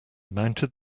mounted